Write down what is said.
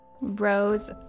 Rose